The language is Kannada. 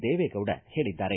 ದೇವೇಗೌಡ ಹೇಳಿದ್ದಾರೆ